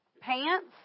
pants